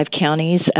counties